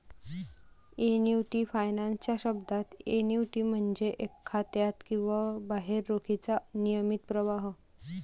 annuity finance च्या शब्दात, annuity म्हणजे खात्यात किंवा बाहेर रोखीचा नियमित प्रवाह